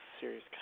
serious